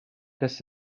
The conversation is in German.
dass